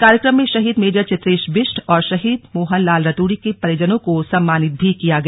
कार्यक्रम में शहीद मेजर चित्रेश बिष्ट और शहीद मोहन लाल रतूड़ी के परिजनों को सम्मानित भी किया गया